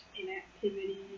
inactivity